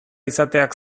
izateak